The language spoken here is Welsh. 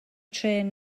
trên